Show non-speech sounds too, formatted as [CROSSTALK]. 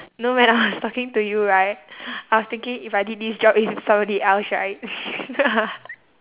no when I was talking to you right I was thinking if I did this job with somebody else right [LAUGHS]